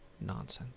nonsense